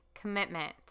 commitment